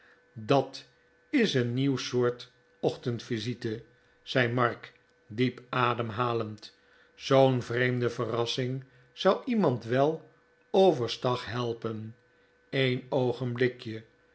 dat is een nieuw soort ochtendvisite zei mark diep ademhalend zoo'n vreemde verrassing zou iemand wel over stag helpen een oogenblikje